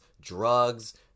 drugs